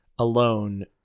alone